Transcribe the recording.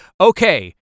okay